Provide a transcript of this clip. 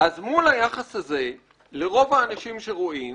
אז מול היחס הזה לרוב האנשים שרועים